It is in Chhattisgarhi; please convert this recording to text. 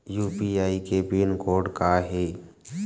यू.पी.आई के पिन कोड का हे?